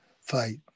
fight